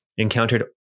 encountered